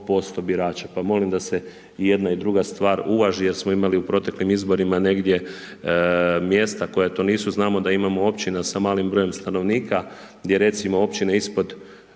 1,5% birača. Pa molim da se i jedna i druga stvar uvaži, jer smo imali u proteklim izborima negdje mjesta koja to nisu. Znamo da imamo općina sa malim brojem stanovnika, gdje recimo općine ispod